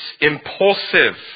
impulsive